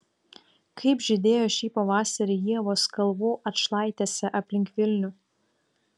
kaip žydėjo šį pavasarį ievos kalvų atšlaitėse aplink vilnių